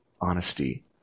Honesty